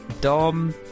dom